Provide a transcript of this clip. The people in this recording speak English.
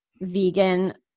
vegan